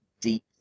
deep